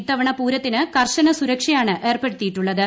ഇത്തവണ പൂരത്തിന് കർശന സുരക്ഷയാണ് ഏർപ്പെടുത്തിയിട്ടുള്ളത്